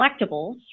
collectibles